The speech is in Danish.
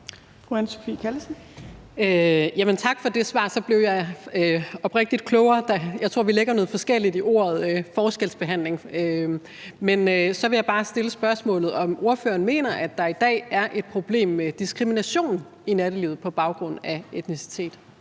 tak for det svar. Så blev jeg oprigtigt klogere. Jeg tror, at vi lægger noget forskelligt i ordet forskelsbehandling. Men så vil jeg bare stille spørgsmålet, om ordføreren mener, at der i dag er et problem med diskrimination i nattelivet på baggrund af etnicitet.